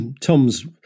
Tom's